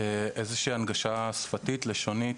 איזושהי הנגשה שפתית לשונית,